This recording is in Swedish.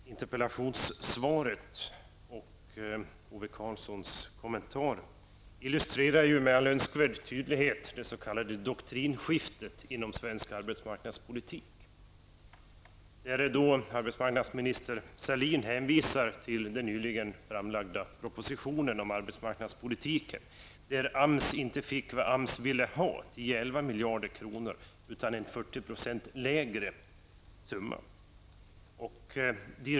Herr talman! Interpellationssvaret och Ove Karlssons kommentar illustrerar med all önskvärd tydlighet det s.k. doktrinskiftet inom svensk arbetsmarknadspolitik. Arbetsmarknadsminister Sahlin hänvisar till den nyligen framlagda propositionen om arbetsmarknadspolitiken, där AMS inte fick vad AMS ville ha, 10--11 miljarder kronor, utan en 40 % lägre summa.